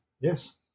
Yes